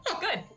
Good